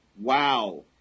wow